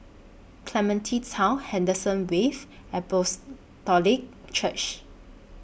Clementi Town Henderson Wave Apostolic Church